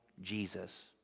Jesus